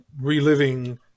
reliving